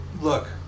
look